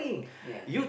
ya